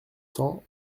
cents